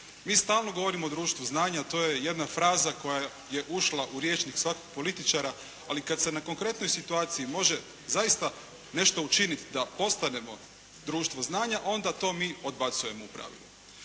Mi stalno govorimo o društvu znanja, a to je jedna fraza koja je ušla u rječnik svakog političara. Ali kad se na konkretnoj situaciji može zaista nešto učiniti da postanemo društvo znanja, onda to mi odbacujemo u pravilu.